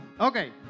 Okay